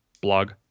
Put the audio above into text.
blog